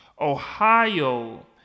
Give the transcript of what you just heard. Ohio